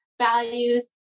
values